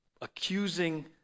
accusing